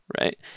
right